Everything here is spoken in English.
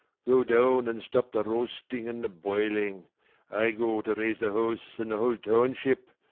go down and stop the roasting and the boiling i go to raise the house and the whole township,